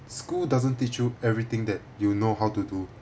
school doesn't teach you everything that you know how to do